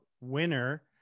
winner